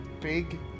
big